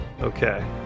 Okay